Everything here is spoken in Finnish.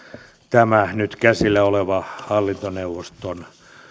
tämä nyt käsillä oleva hallintoneuvoston